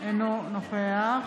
אינו נוכח